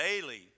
daily